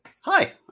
Hi